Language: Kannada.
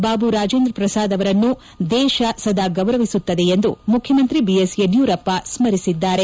ಬಾಬು ರಾಜೇಂದ್ರ ಪ್ರಸಾದ್ ಅವರನ್ನು ದೇಶ ಸದಾ ಗೌರವಿಸುತ್ತದೆ ಎಂದು ಮುಖ್ಜಮಂತ್ರಿ ಬಿ ಎಸ್ ಯಡಿಯೂರಪ್ಪ ಸ್ಥರಿಸಿದ್ದಾರೆ